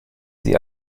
sie